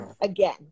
again